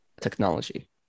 technology